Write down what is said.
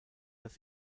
das